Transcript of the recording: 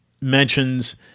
mentions